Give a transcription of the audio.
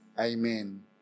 amen